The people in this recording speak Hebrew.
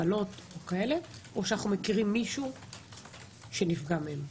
קלות או אחרות ואנחנו מכירים מישהו שנפגע מהן.